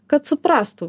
kad suprastų